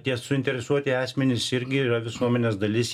tie suinteresuoti asmenys irgi yra visuomenės dalis